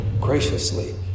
graciously